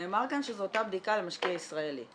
נאמר כאן שזאת אותה בדיקה למשקיע ישראלי.